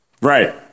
right